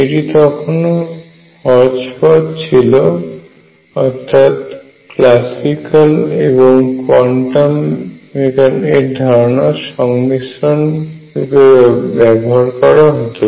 এটি তখনও হর্যপর্জ ছিল অর্থাৎ ক্লাসিক্যাল এবং কোয়ান্টাম এর ধারণার সংমিশ্রণ রূপে ব্যবহার করা হতো